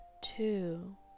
two